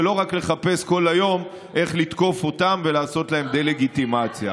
ולא רק לחפש כל היום איך לתקוף אותן ולעשות להן דה-לגיטימציה.